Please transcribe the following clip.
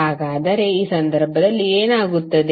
ಹಾಗಾದರೆ ಈ ಸಂದರ್ಭದಲ್ಲಿ ಏನಾಗುತ್ತದೆ